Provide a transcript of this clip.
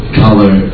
color